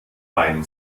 beim